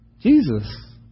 Jesus